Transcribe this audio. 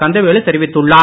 கந்தவேலு தெரிவித்துள்ளார்